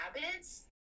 habits